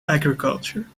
agriculture